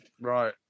right